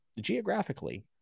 geographically